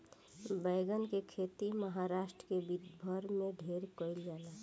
बैगन के खेती महाराष्ट्र के विदर्भ में ढेरे कईल जाला